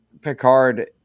Picard